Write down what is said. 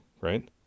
right